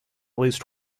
least